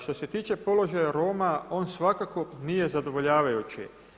Što se tiče položaja Roma on svakako nije zadovoljavajući.